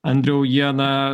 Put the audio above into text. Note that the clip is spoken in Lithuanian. andriau jie na